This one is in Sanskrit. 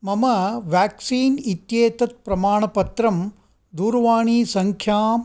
मम व्याक्सीन इत्येतत् प्रमाणपत्रं दूरवाणीसङ्ख्यां